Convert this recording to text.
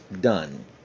done